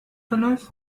verläuft